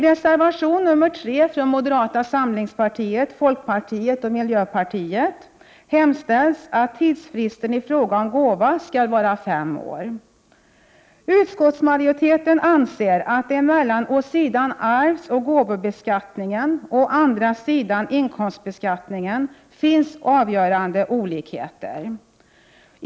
Utskottsmajoriteten anser att det mellan å ena sidan arvsoch gåvobeskattningen och å andra sidan inkomstbeskattningen finns avgörande olikheter.